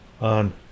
on